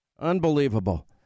Unbelievable